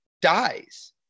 dies